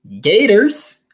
Gators